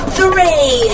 three